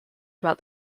about